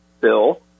bill